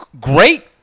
great